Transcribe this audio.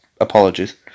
apologies